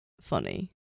funny